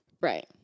Right